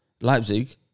Leipzig